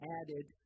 added